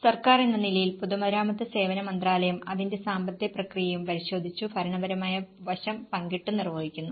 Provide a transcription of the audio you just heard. സർക്കാർ എന്ന നിലയിൽ പൊതുമരാമത്ത് സേവന മന്ത്രാലയം അതിന്റെ സാമ്പത്തിക പ്രക്രിയയും പരിശോധിച്ചു ഭരണപരമായ വശം പങ്കിട്ടു നിർവഹിക്കുന്നു